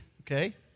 okay